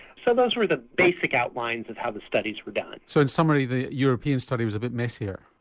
so those were the basic outlines of how the studies were done. so in summary the european study was a bit messier?